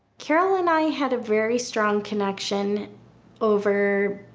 carol and i had a very strong connection over,